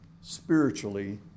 spiritually